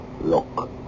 Look